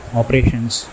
operations